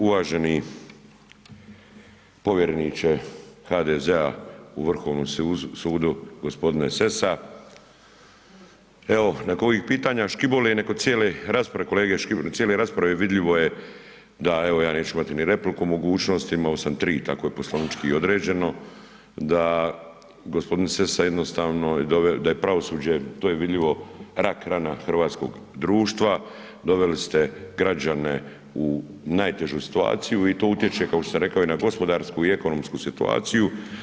Uvaženi povjereničke HDZ-a u Vrhovnom sudu gospodine Sessa, evo nakon ovih pitanja Škibole, nek od cijele rasprave kolege Škibole, vidljivo je da evo ja neću imati ni repliku mogućnosti, imao sam tri tako je poslovnički određeno, da gospodin Sessa jednostavno, da je pravosuđe to je vidljivo rak rana hrvatskoga društva, doveli ste građane u najtežu situaciju i to utječe kao što sam rekao i na gospodarsku i na ekonomsku situaciju.